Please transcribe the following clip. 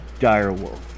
direwolf